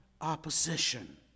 opposition